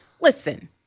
listen